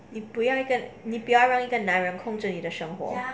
你不要跟你不要让一个男人控制你的生活